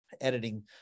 editing